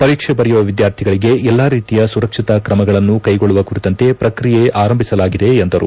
ಪರೀಕ್ಷೆ ಬರೆಯುವ ವಿದ್ಯಾರ್ಥಿಗಳಿಗೆ ಎಲ್ಲಾ ರೀತಿಯ ಸುರಕ್ಷತಾ ಕ್ರಮಗಳನ್ನು ಕೈಗೊಳ್ಳುವ ಕುರಿತಂತೆ ಪ್ರಕ್ರಿಯೆ ಆರಂಭಿಸಲಾಗಿದೆ ಎಂದರು